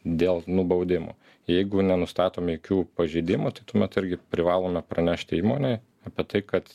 dėl nubaudimo jeigu nenustatom jokių pažeidimų tai tuomet irgi privalome pranešti įmonei apie tai kad